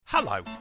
Hello